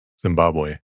zimbabwe